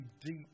deep